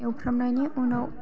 एवफ्रामनानै उनाव